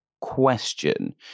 question